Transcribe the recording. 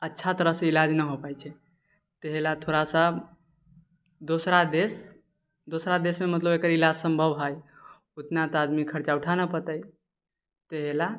अच्छा तरहसँ इलाज नहि हो पाइ छै ताहि लए थोड़ासा दोसरा देश दोसरा देशमे मतलब एकर इलाज सम्भव है उतना तऽ आदमी खर्चा उठा नहि पेतै ताहि लए